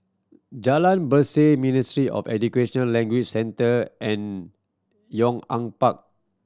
Jalan Berseh Ministry of Education Language Centre and Yong An Park